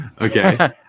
okay